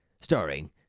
starring